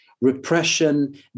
repression